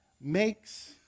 makes